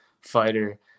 fighter